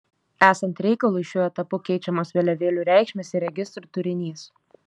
esant reikalui šiuo etapu keičiamos vėliavėlių reikšmės ir registrų turinys